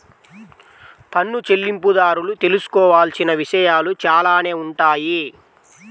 పన్ను చెల్లింపుదారులు తెలుసుకోవాల్సిన విషయాలు చాలానే ఉంటాయి